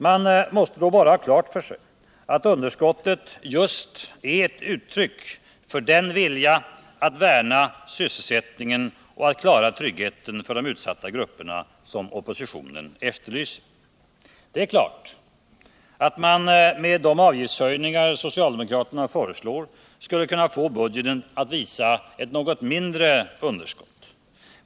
Man måste då bara ha klart för sig att underskottet just är ett uttryck för den vilja att värna sysselsättningen och att klara tryggheten för de utsatta grupperna som oppositionen efterlyser. Det är klart att man med de avgiftshöjningar socialdemokraterna föreslår skulle kunna få budgeten att visa något mindre underskott.